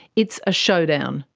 it's a showdown,